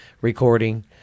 recording